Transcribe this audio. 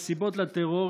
הסיבות לטרור,